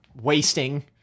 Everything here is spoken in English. wasting